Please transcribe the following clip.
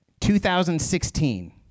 2016